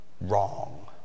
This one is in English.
wrong